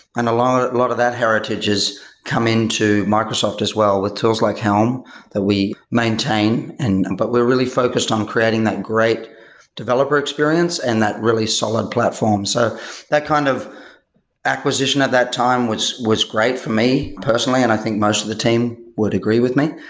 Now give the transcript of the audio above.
and lot lot of that heritage has come into microsoft as well with tools like helm that we maintain. and but we're really focused on creating that great developer experience and that really solid platform. so that kind of acquisition at that time was great for me personally, and i think most of the team would agree with me.